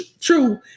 true